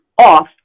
off